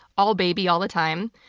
all baby, all the time.